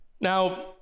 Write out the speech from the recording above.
Now